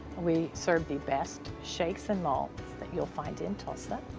we serve the best shakes and malts that you'll find in tulsa.